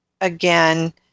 again